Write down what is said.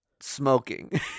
smoking